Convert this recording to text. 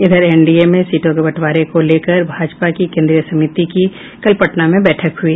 इधर एनडीए में सीटों के बंटवारे को लेकर भाजपा की केंद्रीय समिति की कल पटना में बैठक हुई